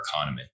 economy